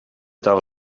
tal